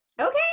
Okay